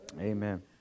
Amen